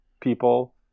people